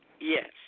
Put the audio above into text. Yes